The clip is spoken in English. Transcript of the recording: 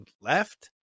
left